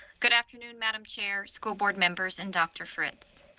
good afternoon, madam chair, school board members and dr. fritz.